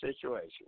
situation